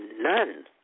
none